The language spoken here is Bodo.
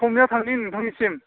समनिया थांनि नोंथांनिसिम